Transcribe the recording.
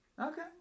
Okay